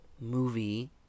movie